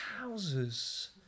houses